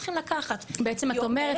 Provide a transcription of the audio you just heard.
בעצם את אומרת,